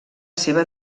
seva